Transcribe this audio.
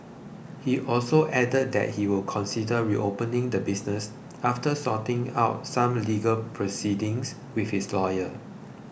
he also added that he would consider reopening the business after sorting out some legal proceedings with his lawyer